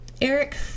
Eric